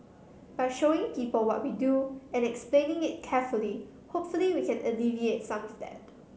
by showing people what we do and explaining it carefully hopefully we can alleviate some of that